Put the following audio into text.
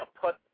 put